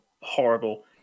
horrible